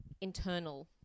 internal